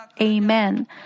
Amen